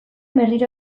berriro